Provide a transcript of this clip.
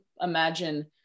imagine